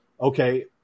okay